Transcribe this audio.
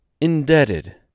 indebted